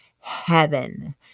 heaven